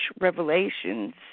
revelations